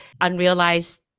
unrealized